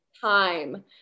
time